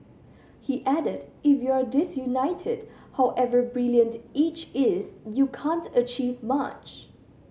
he added If you're disunited however brilliant each is you can't achieve much